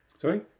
Sorry